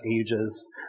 Ages